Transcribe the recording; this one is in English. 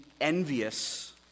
envious